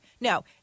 No